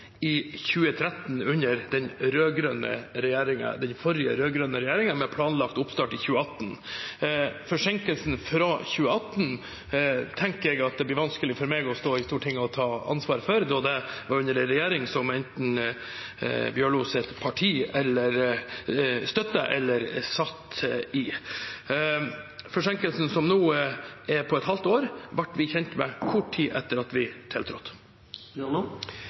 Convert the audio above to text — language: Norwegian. i 2013, under den forrige rød-grønne regjeringen, med planlagt oppstart i 2018. Forsinkelsen fra 2018 tenker jeg at det blir vanskelig for meg å stå i Stortinget og ta ansvar for, da det skjedde under en regjering som Bjørlos parti enten støttet eller satt i. Forsinkelsen som nå er på et halvt år, ble vi kjent med kort tid etter at vi tiltrådte.